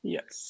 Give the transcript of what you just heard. Yes